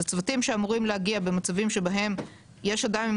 אלו צוותים שאמורים להגיע במצבים שבהם יש אדם עם